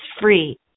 free